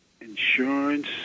insurance